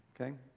okay